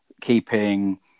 keeping